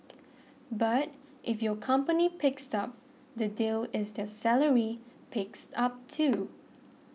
but if your company picks up the deal is their salary picks up too